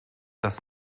das